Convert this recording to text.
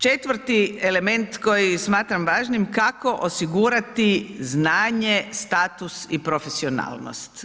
Četvrti element koji smatram važnim kako osigurati znanje, status i profesionalnost?